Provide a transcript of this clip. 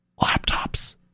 Laptops